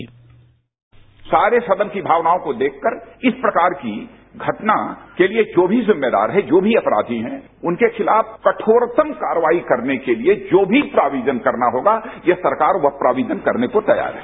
bite सारे सदन की भावनाओं को देखकर इस प्रकार की घटना के लिए जो भी जिम्मेदार है जो भी अपराधी हैं उनके खिलाफ कठोरतम कार्रवाई करने के लिए जो भी प्रोविजन करना होगा यह सरकार वह प्रोविजन करने को तैयार है